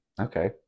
okay